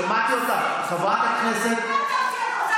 שמעתי אותך, חברת הכנסת,